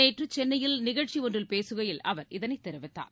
நேற்று சென்னையில் நிகழ்ச்சியொன்றில் பேசுகையில் அவர் இதனை தெரிவித்தார்